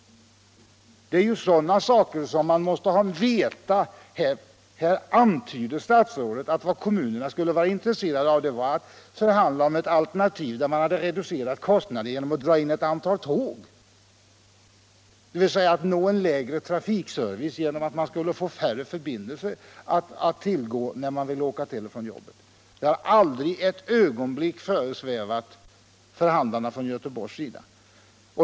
Det är ju sådana saker som måste klarläggas. Här antyder statsrådet att kommunerna skulle vara intresserade av att förhandla om ett alternativ där man reducerat kostnaderna genom att dra in ett antal tåg, dvs. åstadkomma en lägre trafikservice genom att det fanns färre förbindelser att tillgå för resor till och från jobbet. Det har aldrig ett ögonblick föresvävat förhandlarna från Göteborgs sida!